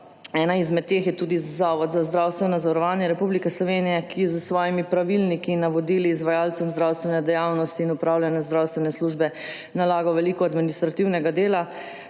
Eden izmed teh je tudi Zavod za zdravstveno zavarovanje Slovenije, ki s svojimi pravilniki in navodili izvajalcem zdravstvene dejavnosti in opravljanja zdravstvene službe nalaga veliko administrativnega dela,